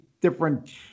different